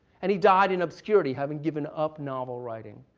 and he died in obscurity having given up novel writing,